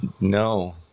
No